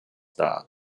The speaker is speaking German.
dar